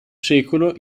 secolo